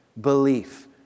belief